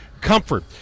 comfort